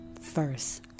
first